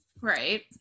Right